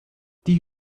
die